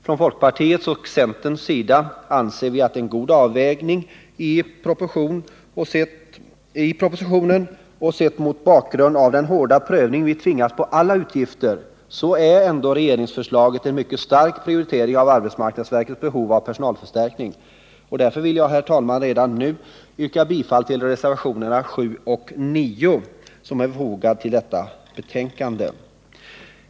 Från folkpartiets och centerns sida anser vi att det är en god avvägning i propositionen, och sett mot bakgrund av den hårda prövning vi tvingas göra av alla utgifter så innebär ändå regeringsförslaget en mycket stark prioritering av arbetsmarknadsverkets behov av personalförstärkning. Därför vill jag, herr talman, redan nu yrka bifall till reservationerna 7 och 9 som är fogade till detta betänkande.